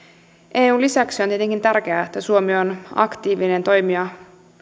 eun lisäksi on tietenkin tärkeää että suomi on aktiivinen toimija